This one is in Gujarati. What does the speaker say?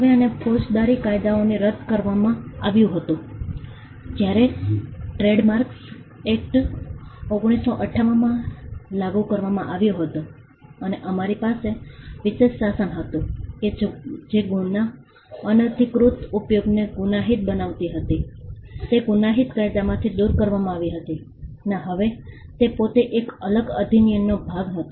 હવે આને ફોજદારી કાયદાઓથી રદ કરવામાં આવ્યું હતું જ્યારે ટ્રેડમાર્ક્સ એક્ટ 1958માં લાગુ કરવામાં આવ્યો હતો અને અમારી પાસે વિશેષ શાસન હતું કે જે ગુણના અનધિકૃત ઉપયોગને ગુનાહિત બનાવતી હતી તે ગુનાહિત કાયદામાંથી દૂર કરવામાં આવી હતી અને હવે તે પોતે એક અલગ અધિનિયમનો ભાગ હતો